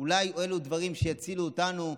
אולי אלו דברים שיצילו אותנו,